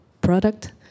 product